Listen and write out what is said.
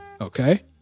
Okay